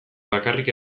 bakarrik